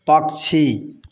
पक्षी